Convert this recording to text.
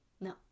No